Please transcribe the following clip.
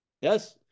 Yes